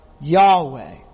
Yahweh